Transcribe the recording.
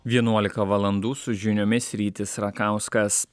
vienuolika valandų su žiniomis rytis rakauskas